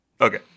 Okay